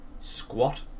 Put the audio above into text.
squat